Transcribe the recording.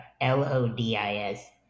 L-O-D-I-S